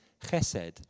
chesed